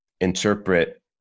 interpret